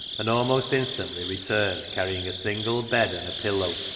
and almost instantly returned carrying a single bed and a pillow,